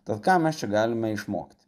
tad ką mes čia galime išmokti